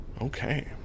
Okay